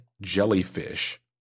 jellyfish